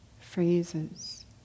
phrases